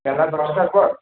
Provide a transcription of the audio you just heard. বেলা দশটার পর